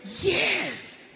Yes